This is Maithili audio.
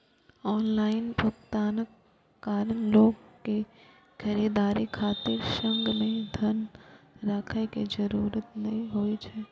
ऑनलाइन भुगतानक कारण लोक कें खरीदारी खातिर संग मे धन राखै के जरूरत नै होइ छै